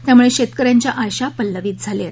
त्यामुळे शेतक यांच्या आशा पल्लवित झाल्या आहेत